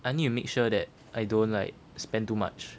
I need to make sure that I don't like spend too much